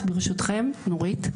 אז ברשותכם נורית.